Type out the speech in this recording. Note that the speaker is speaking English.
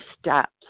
steps